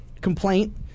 complaint